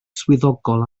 swyddogol